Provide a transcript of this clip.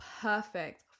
perfect